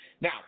Now